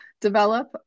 develop